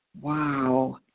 wow